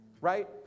Right